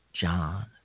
John